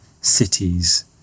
cities